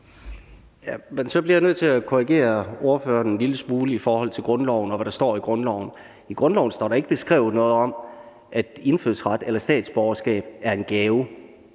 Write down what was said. så bliver jeg nødt til at korrigere ordføreren en lille smule i forhold til grundloven, altså hvad der står i grundloven. I grundloven står der ikke beskrevet noget om, at indfødsret eller statsborgerskab er en gave.